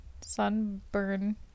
Sunburn